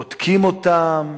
בודקים אותם,